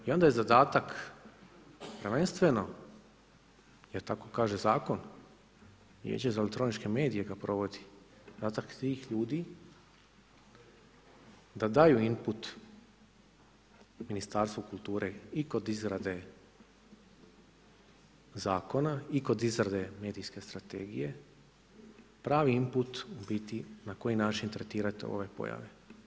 I onda je zadatak prvenstveno jer tako kaže zakon Vijeće za elektroničke medije ga provodi, zadatak tih ljudi da daju imput Ministarstvu kulture i kod izrade zakona i kod izrade medijske strategije, pravi input, u biti na koji način tretirati ove pojave.